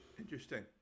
interesting